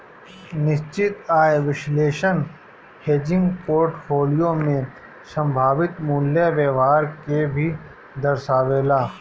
निश्चित आय विश्लेषण हेजिंग पोर्टफोलियो में संभावित मूल्य व्यवहार के भी दर्शावेला